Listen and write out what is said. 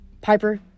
piper